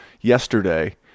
yesterday